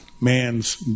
Man's